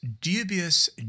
dubious